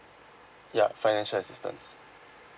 yup financial assistance